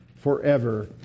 forever